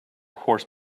horse